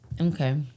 Okay